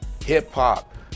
hip-hop